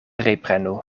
reprenu